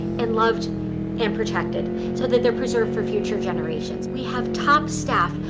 and loved and protected, so that they're preserved for future generations. we have top staff,